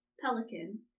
pelican